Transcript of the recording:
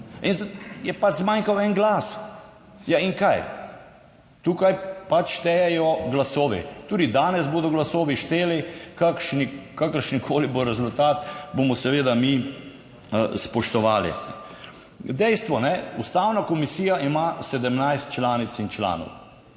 in je zmanjkal en glas. Ja, in kaj tukaj pač štejejo glasovi, tudi danes bodo glasovi šteli, kakšen, kakršenkoli bo rezultat, bomo seveda mi spoštovali. Dejstvo, Ustavna komisija ima 17 članic in članov,